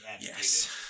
Yes